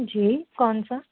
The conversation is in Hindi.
जी कौन सा